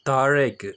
താഴേയ്ക്ക്